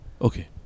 Okay